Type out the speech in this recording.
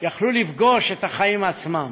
יכלו לפגוש את החיים עצמם,